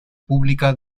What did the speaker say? pública